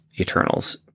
Eternals